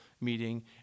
meeting